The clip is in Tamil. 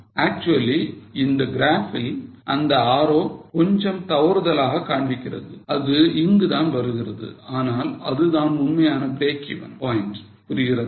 Actually இந்த graph ல் அந்த arrow கொஞ்சம் தவறுதலாக காண்பிக்கிறது அது இங்கு தான் வருகிறது ஆனால் இதுதான் உண்மையான breakeven point புரிகிறதா